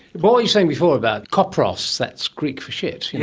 what were you saying before about copros, that's greek for shit, yeah